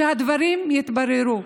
עד שהדברים יתבררו?